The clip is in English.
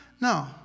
No